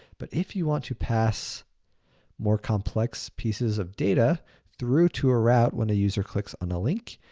but if you want to pass more complex pieces of data through to a route when a user clicks on a link,